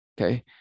Okay